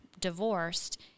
divorced